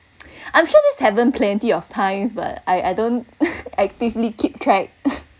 I'm sure this happened plenty of times but I I don't actively keep track